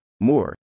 more